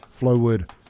Flowwood